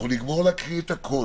אנחנו נגמור להקריא את הכול.